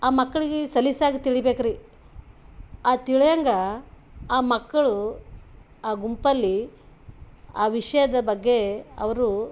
ಆ ಮಕ್ಳಿಗೆ ಸಲೀಸಾಗಿ ತಿಳಿಬೇಕ್ರಿ ಆ ತಿಳಿಯೋಂಗೆ ಆ ಮಕ್ಕಳು ಆ ಗುಂಪಲ್ಲಿ ಆ ವಿಷಯದ ಬಗ್ಗೆ ಅವರು